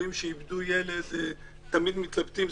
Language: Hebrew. הם תמיד מתלבטים,